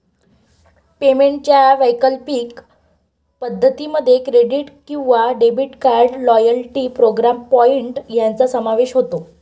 पेमेंटच्या वैकल्पिक पद्धतीं मध्ये क्रेडिट किंवा debit card, loyalty programme point यांचा समावेश होतो